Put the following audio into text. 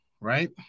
right